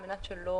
על מנת שלא